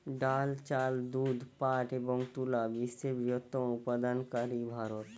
ডাল, চাল, দুধ, পাট এবং তুলা বিশ্বের বৃহত্তম উৎপাদনকারী ভারত